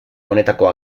honetako